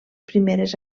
primeres